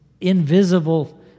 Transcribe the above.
invisible